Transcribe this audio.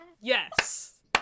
yes